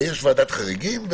יש ועדת חריגים,